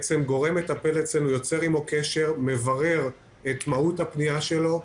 גורם מטפל יוצר איתו קשר, מברר את מהות הפניה שלו,